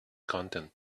content